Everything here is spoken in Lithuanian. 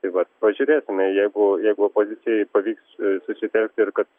tai vat pažiūrėsime jeigu jeigu opozicijai pavyks susitelkti ir kad